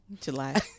July